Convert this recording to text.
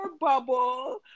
bubble